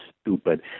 stupid